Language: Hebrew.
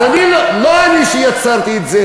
אז לא אני שיצרתי את זה,